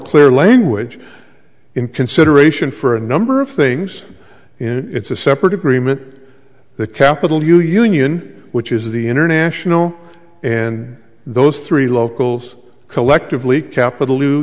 clear language in consideration for a number of things into separate agreement the capitol hill union which is the international and those three locals collectively capital lou